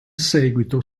seguito